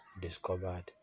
discovered